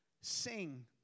Sing